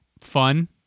fun